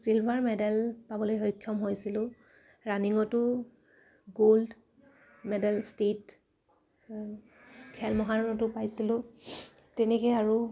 silver medal পাবলৈ সক্ষম হৈছিলোঁ ৰানিঙতো গ'ল্ড মেডেল ষ্টেট খেল মহাৰণতো পাইছিলোঁ তেনেকে আৰু